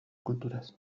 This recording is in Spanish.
culturas